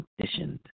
conditioned